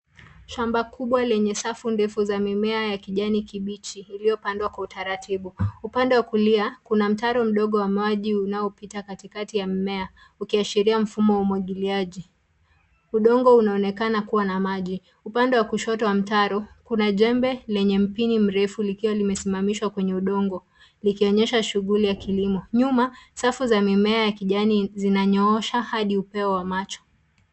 Shamba kubwa lenye safu ndefu za mimea ya kijani kibichi, iliyopandwa kwa utaratibu. Upande wa kulia, kuna mtaro mdogo wa maji unaopita katikati ya mmea, ukiashiria mfumo wa umwagiliaji. Udongo unaonekana kuwa na maji. Upande wa kushoto wa mtaro, kuna jembe lenye mpini mrefu likiwa limesimamishwa kwenye udongo likionyesha shughuli ya kilimo. Nyuma, safu za mimea ya kijani zinanyoosha hadi upeo wa macho.